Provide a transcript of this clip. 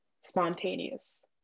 spontaneous